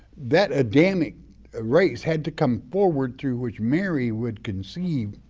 that adamic race had to come forward through which mary would conceive